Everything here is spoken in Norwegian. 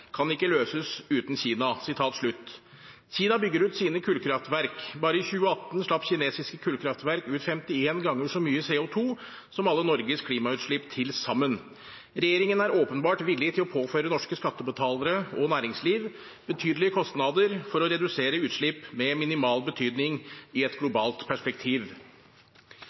kan heller ikke løses uten samarbeid med Kina.» Kina bygger ut sine kullkraftverk. Bare i 2018 slapp kinesiske kullkraftverk ut 51 ganger så mye CO 2 som alle Norges klimautslipp til sammen. Regjeringen er åpenbart villig til å påføre norske skattebetalere og næringsliv betydelige kostnader for å redusere utslipp med minimal betydning i et globalt perspektiv.